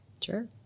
Sure